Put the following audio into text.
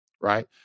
right